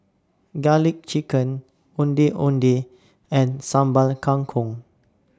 Garlic Chicken Ondeh Ondeh and Sambal Kangkong